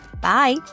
Bye